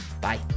bye